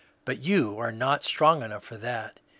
but you are not strong enough for that.